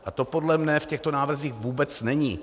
A to podle mě v těchto návrzích vůbec není.